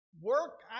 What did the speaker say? Work